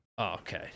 Okay